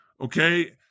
Okay